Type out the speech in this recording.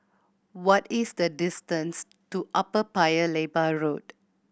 what is the distance to Upper Paya Lebar Road